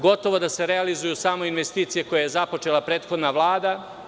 Gotovo da se realizuju samo investicije koje je započela prethodna Vlada.